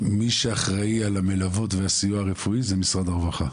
מי שאחראי על המלוות והסיוע הרפואי זה משרד הרווחה.